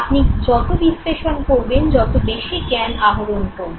আপনি যত বিশ্লেষণ করবেন তত বেশি জ্ঞান আহরণ করবেন